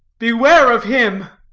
beware of him.